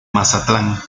mazatlán